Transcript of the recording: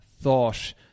thought